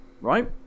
right